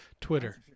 Twitter